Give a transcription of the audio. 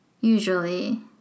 usually